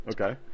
okay